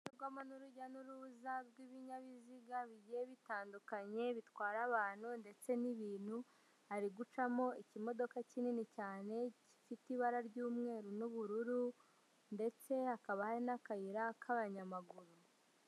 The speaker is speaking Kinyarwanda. Ishyirwamo n'urujya n'uruza rw'ibinyabiziga bigiye bitandukanye, bitwara abantu ndetse n'ibintu, ari gucamo ikimodoka kinini cyane gifite ibara ry'umweru n'ubururu ndetse hakaba n'akayira k'abanyamaguru.